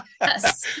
yes